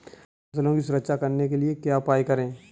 फसलों की सुरक्षा करने के लिए क्या उपाय करें?